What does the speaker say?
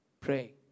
pray